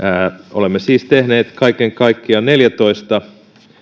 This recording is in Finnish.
olemme siis tehneet kaiken kaikkiaan neljätoista